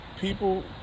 people